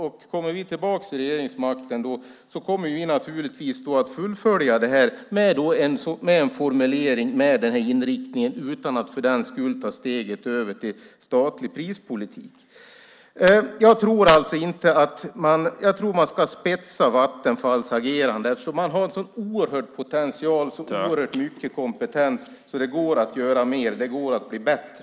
Om vi kommer tillbaka till regeringsmakten kommer vi naturligtvis att fullfölja det här med en formulering med denna inriktning utan att för den sakens skull ta steget över till statlig prispolitik. Jag tror alltså att man ska spetsa Vattenfalls agerande eftersom det finns en sådan oerhörd potential och så oerhört mycket kompetens. Det går att göra mer, och det går att bli bättre.